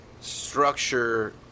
structure